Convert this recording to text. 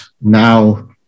now